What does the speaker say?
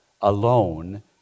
alone